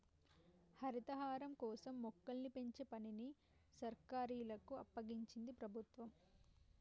హరితహారం కోసం మొక్కల్ని పెంచే పనిని నర్సరీలకు అప్పగించింది ప్రభుత్వం